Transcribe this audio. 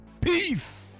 peace